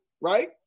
right